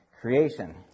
creation